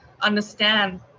understand